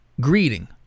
greeting